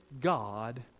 God